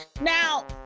now